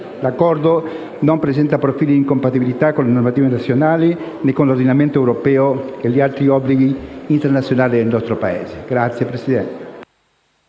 L'Accordo non presenta profili d'incompatibilità con la normativa nazionale, né con l'ordinamento europeo e gli altri obblighi internazionali sottoscritti dal nostro Paese.